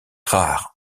rare